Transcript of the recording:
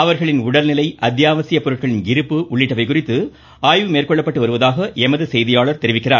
அவர்களின் உடல்நிலை அத்தியாவசிய பொருட்களின் இருப்பு உள்ளிட்டவை குறித்து ஆய்வு செய்யப்பட்டு வருவதாக எமது செய்தியாளர் தெரிவிக்கிறார்